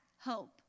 hope